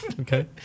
Okay